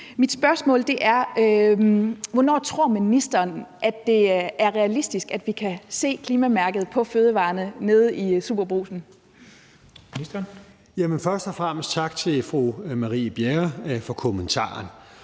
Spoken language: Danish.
Mit spørgsmål er: Hvornår tror ministeren at det er realistisk at vi kan se klimamærket på fødevarerne nede i SuperBrugsen? Kl. 12:30 Den fg. formand